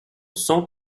cent